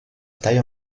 taille